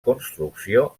construcció